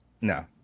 No